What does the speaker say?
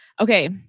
Okay